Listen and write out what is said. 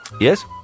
Yes